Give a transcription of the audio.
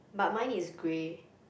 but mine is grey